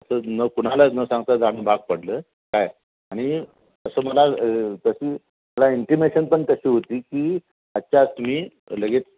असं न कुणालाच न सांगता जाणं भाग पडलं काय आणि तसं मला तशी मला इंटिमेशन पण तशी होती की आजच्या आज तुम्ही लगेच